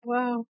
Wow